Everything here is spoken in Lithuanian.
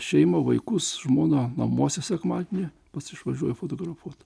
šeimą vaikus žmoną namuose sekmadienį pats išvažiuoju fotografuoti